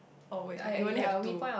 oh wait you only have two